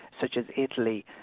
such as italy,